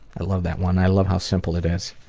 i love that one. i love how simple it is.